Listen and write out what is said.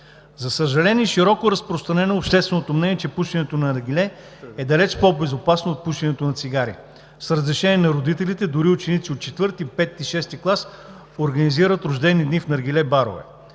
За съжаление, широко е разпространено общественото мнение, че пушенето на наргиле е далеч по-безопасно от пушенето на цигари. С разрешение на родителите дори ученици от IV, V, VI клас организират рождени дни в наргиле барове.